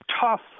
tough